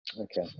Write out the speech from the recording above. Okay